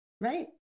Right